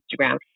Instagram